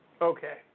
Okay